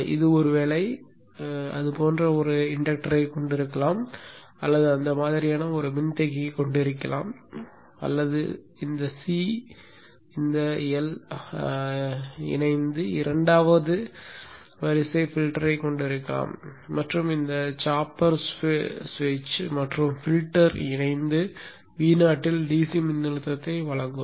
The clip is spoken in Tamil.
இது ஒருவேளை அது போன்ற ஒரு இண்டக்டரை கொண்டிருக்கலாம் அல்லது அந்த மாதிரியான மின்தேக்கியைக் கொண்டிருக்கலாம் அல்லது இந்த L மற்றும் C கள் இணைந்து இரண்டாவது வரிசை பில்டரை கொண்டிருக்கலாம் மற்றும் இந்த சாப்பர் சுவிட்ச் மற்றும் பில்டர் இணைந்து Vo இல் DC மின்னழுத்தத்தை வழங்கும்